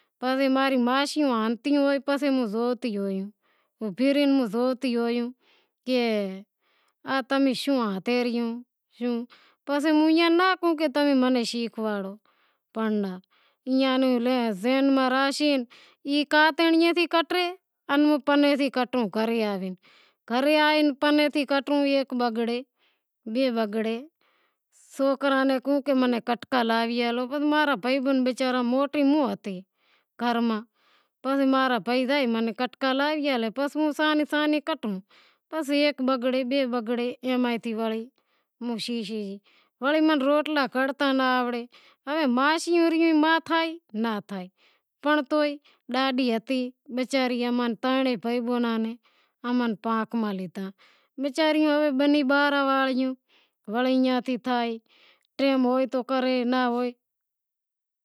ماشیوں ہتیوں پسے امیں زوتی کہ تمیں شوں کرے ریوں پسے موں ایئاں ناں ناں کہوں کہ تمیں موں نیں شیکھوارو پنڑ ایئاں ناں لے ماں رے ذہن میں راہسے، اے کاتر تھیں کاٹیں ہوں گھرے آوے پنے تھیں کٹوں ایک بگڑے بئے باگڑے سوکران ناں کہوں موں نے کٹکا لے ڈیو پسے ہیک بگڑے بئے بگڑے پسے ہوں شیکھے گئی، پسے موں نیں روٹلا گھڑتا ناں آوٹیں ہوے ماشیوں ما تھئے ناں تھئے پنڑ تو ئے ڈاڈی ہتی وچاری ماں نیں ترنیں بھائی بوہنیں نیں ٹیم ہوئیتو گھرے ہوئے ناں ہوئے